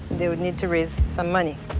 they would need to raise some money.